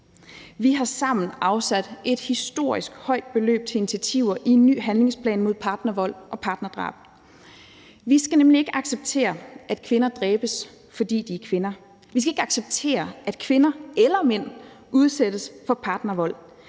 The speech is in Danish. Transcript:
Vi har sammen afsat et historisk højt beløb til initiativer i en ny handlingsplan mod partnervold og partnerdrab. Vi skal nemlig ikke acceptere, at kvinder dræbes, fordi de er kvinder. Vi skal ikke acceptere, at kvinder – eller mænd – udsættes for partnervold.